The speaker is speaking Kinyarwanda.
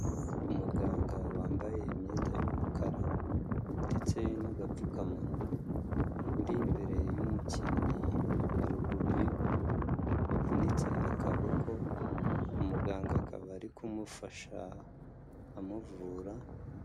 Umuganga wambaye imyenda y'umukara ndetse n'agapfukamunwa, uri imbere y'umukinnyi wa rugubi, wavunitse akaboko, umuganga akaba ari kumufasha, amuvura.